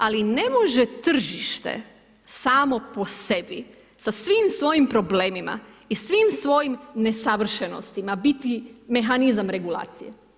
Ali, ne može tržište samo po sebi, sa svim svojim problemima i svim svojim nesavršenosti, biti mehanizam regulacije.